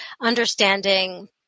understanding